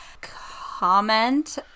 comment